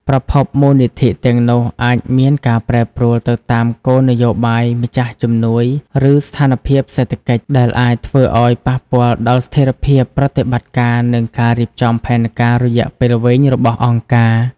ប្រភពមូលនិធិទាំងនោះ អាចមានការប្រែប្រួលទៅតាមគោលនយោបាយម្ចាស់ជំនួយឬស្ថានភាពសេដ្ឋកិច្ច ដែលអាចធ្វើឲ្យប៉ះពាល់ដល់ស្ថិរភាពប្រតិបត្តិការ និងការរៀបចំផែនការរយៈពេលវែងរបស់អង្គការ។